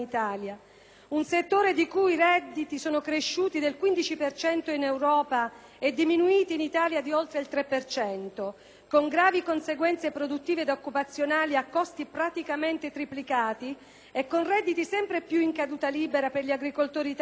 un settore nel quale i redditi sono cresciuti del 15 per cento in Europa e diminuiti in Italia di oltre il 3 per cento, con gravi conseguenze produttive ed occupazionali, a costi praticamente triplicati e con redditi sempre più in caduta libera per gli agricoltori italiani,